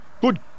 good